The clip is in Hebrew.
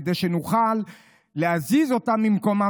כדי שנוכל להזיז אותה ממקומה,